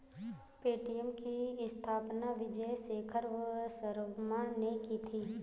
Paytm की स्थापना विजय शेखर शर्मा ने की थी